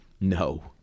No